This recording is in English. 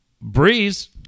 breeze